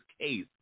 case